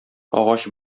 агач